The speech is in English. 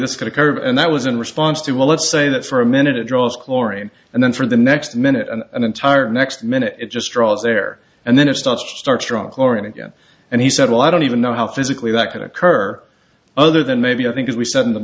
this could occur and that was in response to well let's say that for a minute it draws chlorine and then for the next minute and an entire next minute it just draws there and then it starts start strong chlorine again and he said well i don't even know how physically that could occur other than maybe i think as we said in the